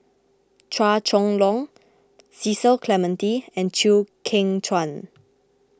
Chua Chong Long Cecil Clementi and Chew Kheng Chuan